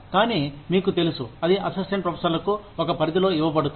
కానీ మీకు తెలుసు అది అసిస్టెంట్ ప్రొఫెసర్లకు ఒక పరిధిలో ఇవ్వబడుతుంది